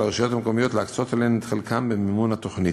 הרשויות המקומיות להקצות את חלקן במימון התוכנית,